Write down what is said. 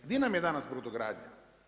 A gdje nam je danas brodogradnja?